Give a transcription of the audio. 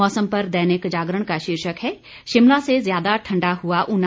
मौसम पर दैनिक जागरण का शीर्षक है शिमला से ज्यादा ठंडा हुआ ऊना